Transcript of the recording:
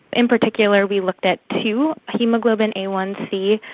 in particular we looked at two, haemoglobin a one c,